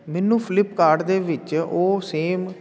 ਮੈਨੂੰ ਫਲਿੱਪਕਾਰਟ ਦੇ ਵਿੱਚ ਉਹ ਸੇਮ